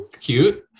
cute